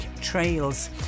Trails